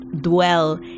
dwell